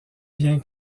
bien